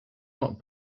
not